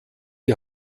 die